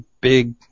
big